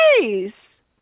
nice